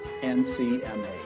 NCMA